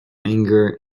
anger